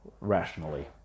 rationally